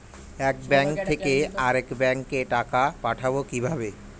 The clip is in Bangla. এক ব্যাংক থেকে আরেক ব্যাংকে টাকা পাঠাবো কিভাবে?